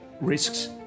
risks